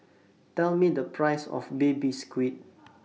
Tell Me The Price of Baby Squid